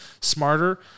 smarter